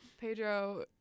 Pedro